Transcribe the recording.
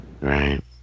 Right